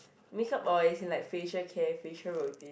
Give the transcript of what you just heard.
make-up or as in like facial care facial routine